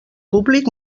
públic